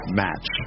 match